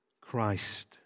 Christ